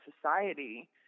society